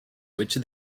which